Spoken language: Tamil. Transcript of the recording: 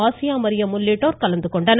ஆசியா மரியம் உள்ளிட்டோர் கலந்து கொண்டனர்